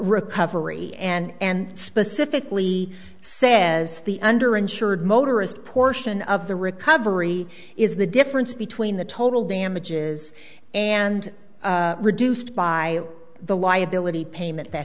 recovery and specifically says the under insured motorist portion of the recovery is the difference between the total damages and reduced by the liability payment that